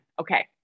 Okay